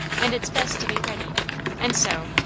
and it's best to be ready and so,